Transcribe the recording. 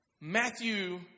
Matthew